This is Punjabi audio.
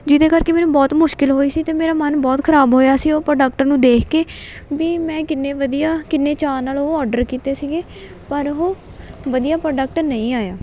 ਜਿਹਦੇ ਕਰਕੇ ਮੈਨੂੰ ਬਹੁਤ ਮੁਸ਼ਕਿਲ ਹੋਈ ਸੀ ਅਤੇ ਮੇਰਾ ਮਨ ਬਹੁਤ ਖਰਾਬ ਹੋਇਆ ਸੀ ਉਹ ਪ੍ਰੋਡਕਟ ਨੂੰ ਦੇਖ ਕੇ ਵੀ ਮੈਂ ਕਿੰਨੇ ਵਧੀਆ ਕਿੰਨੇ ਚਾਅ ਨਾਲ ਉਹ ਔਰਡਰ ਕੀਤੇ ਸੀਗੇ ਪਰ ਉਹ ਵਧੀਆ ਪ੍ਰੋਡਕਟ ਨਹੀਂ ਆਇਆ